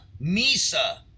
misa